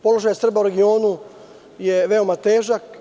Položaj Srba u regionu je veoma težak.